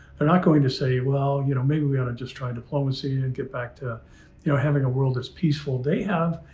they're not going to say well, you know, maybe we oughta just try diplomacy and get back to you know having a world as peaceful. they have,